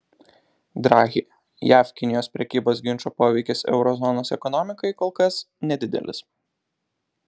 draghi jav kinijos prekybos ginčo poveikis euro zonos ekonomikai kol kas nedidelis